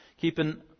keeping